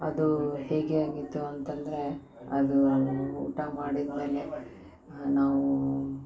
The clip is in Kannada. ಅದು ಹೇಗೆ ಆಗಿತ್ತು ಅಂತಂದರೆ ಅದೂ ಊಟ ಮಾಡಿದ್ಮೇಲೆ ನಾವು